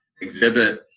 exhibit